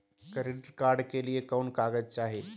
Credit card के लिए कौन कागज चाही?